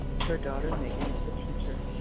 her daughter, megan, is a teacher.